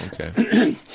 Okay